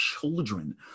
children